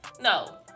No